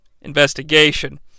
investigation